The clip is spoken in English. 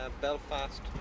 Belfast